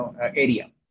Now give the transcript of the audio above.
area